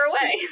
away